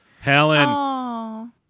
Helen